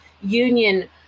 Union